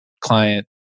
client